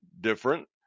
different